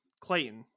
Clayton